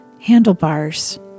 handlebars